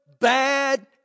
bad